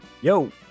Yo